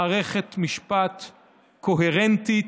מערכת משפט קוהרנטית,